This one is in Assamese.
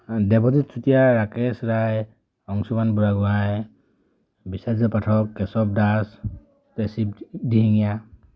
দেৱজিৎ চুতীয়া ৰাকেশ ৰায় অংশুমান বুঢ়াগোঁহাই বিশ্বজিত পাঠক কেশৱ দাস দিহিঙীয়া